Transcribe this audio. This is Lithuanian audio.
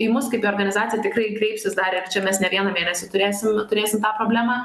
į mus kaip į organizaciją tikrai kreipsis dar ir čia mes ne vieną mėnesį turėsim turėsim tą problemą